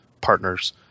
partners